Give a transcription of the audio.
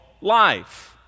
life